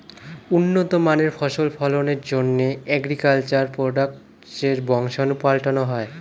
উন্নত মানের ফসল ফলনের জন্যে অ্যাগ্রিকালচার প্রোডাক্টসের বংশাণু পাল্টানো হয়